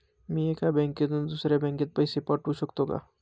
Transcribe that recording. मी एका बँकेतून दुसऱ्या बँकेत पैसे पाठवू शकतो का?